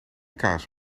kaas